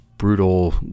brutal